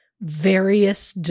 ...various